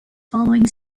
following